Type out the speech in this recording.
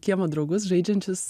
kiemo draugus žaidžiančius